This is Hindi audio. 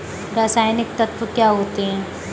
रसायनिक तत्व क्या होते हैं?